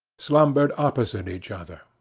slumbered opposite each other.